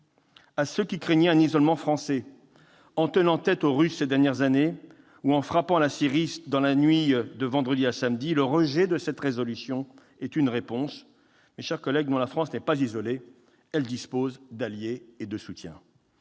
À ceux qui craignaient un isolement français en tenant tête aux Russes ces dernières années ou en frappant la Syrie dans la nuit de vendredi à samedi, le rejet de cette résolution est une réponse : non, mes chers collègues, la France n'est pas isolée, elle dispose d'alliés et de soutiens.